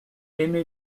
aimé